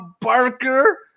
Barker